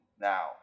now